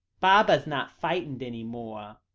baba's not fightened any more,